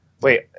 Wait